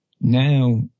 now